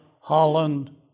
Holland